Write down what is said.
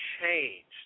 changed